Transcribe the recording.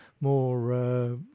more